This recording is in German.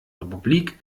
republik